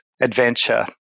adventure